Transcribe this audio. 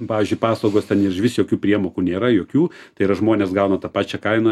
pavyzdžiui paslaugos ten išvis jokių priemokų nėra jokių tai yra žmonės gauna tą pačią kainą